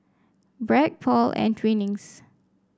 Bragg Paul and Twinings